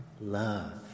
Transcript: Love